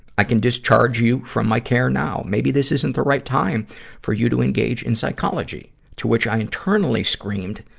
i can discharge you from my care now. maybe this isn't the right time for you to engage in psychology to which i internally screamed,